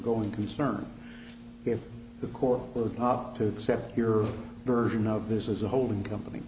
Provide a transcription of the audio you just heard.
going concern if the court will cop to accept your version of this is a holding company